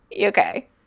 okay